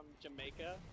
Jamaica